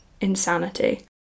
insanity